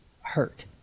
hurt